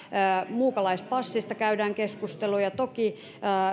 muukalaispassista käydään keskusteluja toki